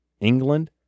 England